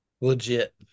Legit